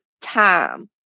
time